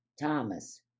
Thomas